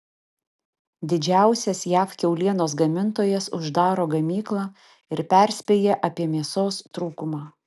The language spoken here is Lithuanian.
didžiausias jav kiaulienos gamintojas uždaro gamyklą ir perspėja apie mėsos trūkumą